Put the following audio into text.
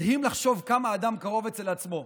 מדהים לחשוב כמה אדם קרוב אצל עצמו.